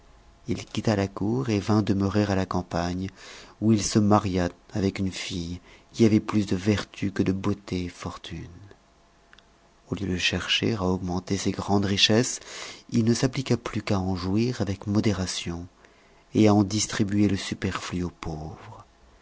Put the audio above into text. il quitta la cour et vint demeurer à la campagne où il se maria avec une fille qui avait plus de vertu que de beauté et fortune au lieu de chercher à augmenter ses grandes richesses il ne s'appliqua plus qu'à en jouir avec modération et à en distribuer le superflu aux pauvres